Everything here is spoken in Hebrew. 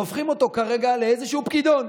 והופכים אותו לאיזשהו פקידון,